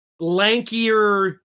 lankier